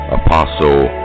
apostle